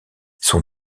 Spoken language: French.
son